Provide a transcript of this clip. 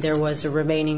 there was a remaining